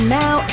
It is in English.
now